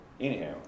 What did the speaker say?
anyhow